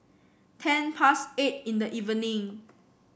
ten past eight in the evening